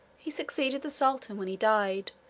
he succeeded the sultan when he died,